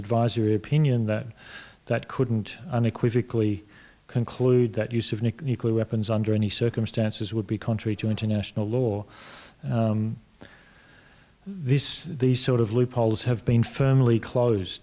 advisory opinion that that couldn't unequivocally conclude that use of nuclear weapons under any circumstances would be contrary to international law this these sort of loopholes have been firmly close